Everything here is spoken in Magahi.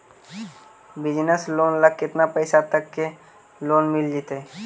बिजनेस लोन ल केतना पैसा तक के लोन मिल जितै?